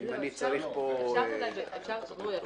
אפשר אולי,